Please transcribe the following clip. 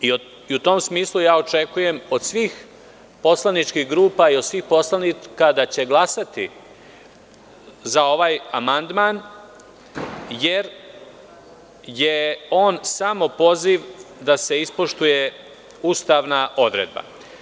U tom smislu očekujem od svih poslaničkih grupa i od svih poslanika da će glasati za ovaj amandman jer je on samo poziv da se ispoštuje ustavna odredba.